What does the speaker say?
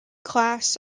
class